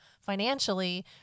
financially